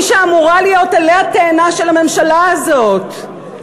מי שאמורה להיות עלה התאנה של הממשלה הזאת,